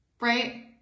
right